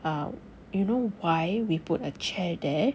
um you know why we put a chair there